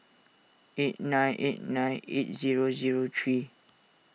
eight nine eight nine eight zero zero three